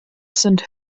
sind